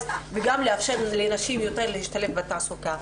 וגם לאפשר ליותר נשים להשתלב בתעסוקה.